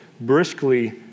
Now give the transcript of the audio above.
briskly